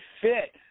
fit